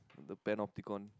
the panopticon